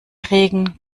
regen